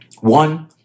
One